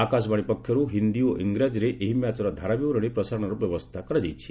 ଆକାଶବାଣୀ ପକ୍ଷରୁ ହିନ୍ଦୀ ଓ ଇଂରାଜୀରେ ଏହି ମ୍ୟାଚ୍ର ଧାରାବିବରଣୀ ପ୍ରସାରଣର ବ୍ୟବସ୍ଥା କରାଯାଇଛି